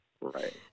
right